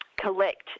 collect